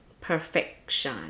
perfection